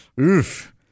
Oof